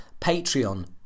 Patreon